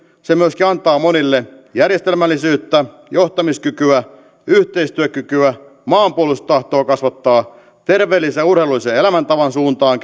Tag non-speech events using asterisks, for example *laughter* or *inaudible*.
se myöskin antaa monille järjestelmällisyyttä johtamiskykyä yhteistyökykyä kasvattaa maanpuolustustahtoa kääntää nuoria terveellisen ja urheilullisen elämäntavan suuntaan *unintelligible*